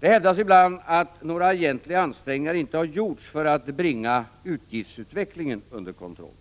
Ibland hävdas det att några egentliga ansträngningar inte gjorts för att bringa utgiftsutvecklingen under kontroll.